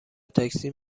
تاکسی